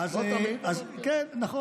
לא תמיד, אבל נכון.